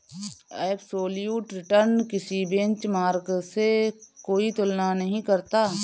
absolute return किसी benchmark से कोई तुलना नहीं करता